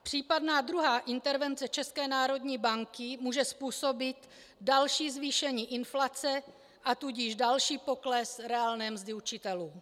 Případná druhá intervence České národní banky může způsobit další zvýšení inflace, a tudíž další pokles reálné mzdy učitelů.